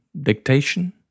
dictation